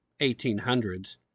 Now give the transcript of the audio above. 1800s